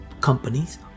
companies